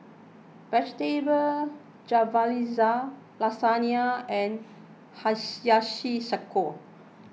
Vegetable Jalfrezi Lasagna and Hiyashi Chuka